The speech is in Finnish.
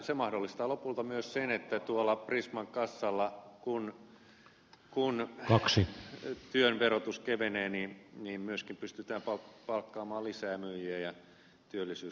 se mahdollistaa lopulta myös sen että tuolla prisman kassalla kun työn verotus kevenee myöskin pystytään palkkaamaan lisää myyjiä ja työllisyys kasvaa